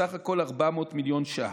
בסך הכול 400 מיליון ש"ח,